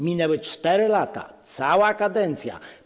Minęły 4 lata, cała kadencja.